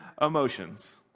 emotions